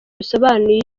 bisobanuye